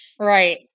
Right